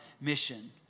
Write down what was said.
mission